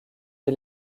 dès